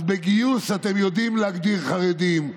אז בגיוס אתם יודעים להגדיר חרדים,